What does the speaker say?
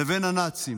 לבין הנאצים?